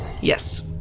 Yes